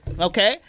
Okay